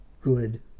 good